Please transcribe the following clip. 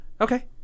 Okay